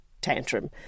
tantrum